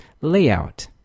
layout